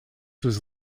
was